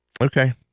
Okay